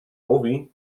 mówi